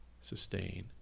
sustain